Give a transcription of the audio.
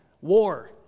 War